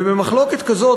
ובמחלוקת כזאת,